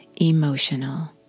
emotional